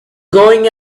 going